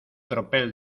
tropel